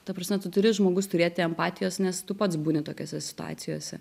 ta prasme tu turi žmogus turėti empatijos nes tu pats būni tokiose situacijose